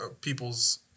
people's